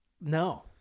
No